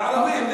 לערבים.